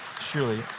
surely